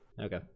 Okay